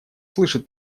слышит